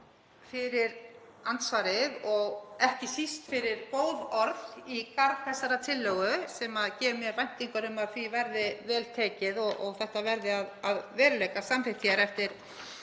fyrir andsvarið og ekki síst fyrir góð orð í garð þessarar tillögu sem gefur mér væntingar um að því verði vel tekið og þetta verði að veruleika, samþykkt hér eftir